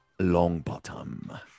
Longbottom